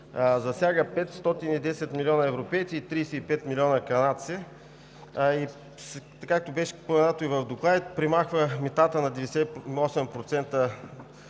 засяга 510 млн. европейци и 35 млн. канадци, както беше споменато и в докладите, премахва митата на 98%